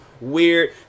weird